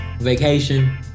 vacation